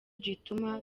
gituma